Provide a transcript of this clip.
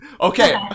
Okay